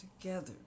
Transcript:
together